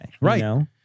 Right